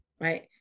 right